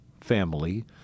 family